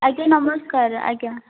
ଆଜ୍ଞା ନମସ୍କାର ଆଜ୍ଞା